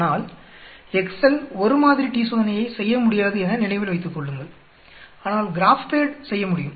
ஆனால் எக்ஸ்செல் ஒரு மாதிரி t சோதனையை செய்யமுடியாது என நினைவில் வைத்துக்கொள்ளுங்கள் ஆனால் கிராப்பேட் செய்யமுடியும்